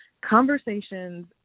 conversations